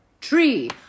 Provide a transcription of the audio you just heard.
Tree